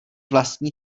vlastní